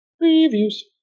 Reviews